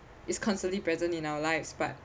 is constantly present in our lives but